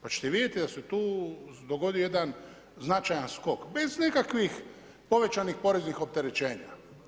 Pa ćete vidjeti da se tu dogodio jedan značajan skok bez nekakvih povećanih poreznih opterećenja.